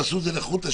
תעשו את זה לחוד.